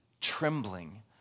trembling